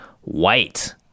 white